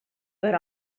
but